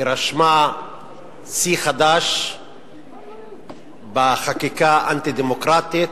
היא רשמה שיא חדש בחקיקה אנטי-דמוקרטית,